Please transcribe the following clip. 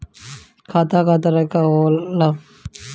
खाता क तरह के होला?